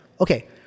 okay